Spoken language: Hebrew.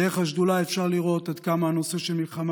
דרך השדולה אפשר לראות עד כמה הנושא של המלחמה